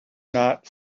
not